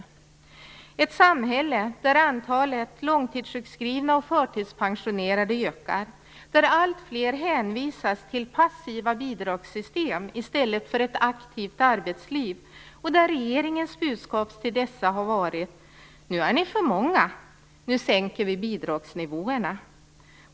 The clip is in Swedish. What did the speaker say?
Det är ett samhälle där antalet långtidssjukskrivna och förtidspensionerade ökar och alltfler hänvisas till passiva bidragssystem i stället för ett aktivt arbetsliv. Regeringens budskap till dessa har varit: Nu är ni för många. Nu sänker vi bidragsnivåerna.